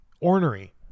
Ornery